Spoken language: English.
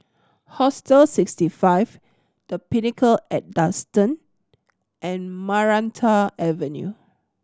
Hostel Sixty Five The Pinnacle at Duxton and Maranta Avenue